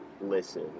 listen